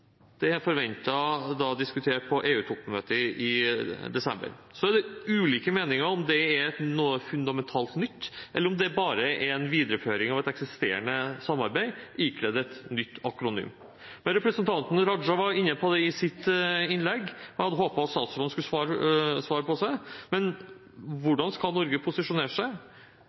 Det er forventet å bli diskutert på EU-toppmøtet i desember. Det er ulike meninger om det er noe fundamentalt nytt, eller om det bare er en videreføring av et eksisterende samarbeid, ikledd et nytt akronym. Representanten Raja var inne på det i sitt innlegg, og jeg hadde håpet at statsråden skulle svare på det: Hvordan skal Norge posisjonere seg?